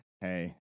Hey